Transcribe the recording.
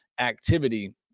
activity